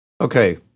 Okay